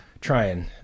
Trying